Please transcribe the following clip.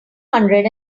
hundred